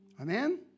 Amen